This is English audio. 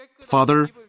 Father